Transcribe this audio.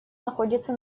находится